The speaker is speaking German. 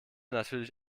natürlich